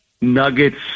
Nuggets